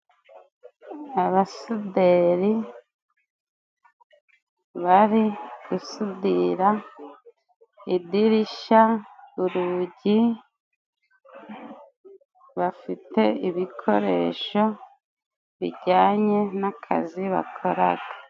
Abasuderi bari gusudira idirisha, urugi bafite ibikoresho bijyanye n'akazi bakoraga.